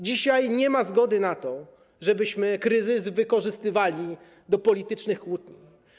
Dzisiaj nie ma zgody na to, żebyśmy kryzys wykorzystywali do politycznych kłótni.